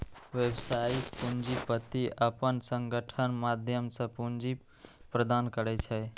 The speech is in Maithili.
व्यावसायिक पूंजीपति अपन संगठनक माध्यम सं पूंजी प्रदान करै छै